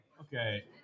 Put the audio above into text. Okay